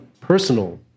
personal